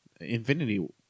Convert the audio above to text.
Infinity